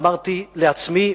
אמרתי לעצמי,